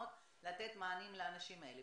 פתרונות לתת מענים לאנשים האלה.